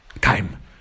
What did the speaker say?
time